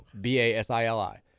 B-A-S-I-L-I